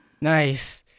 Nice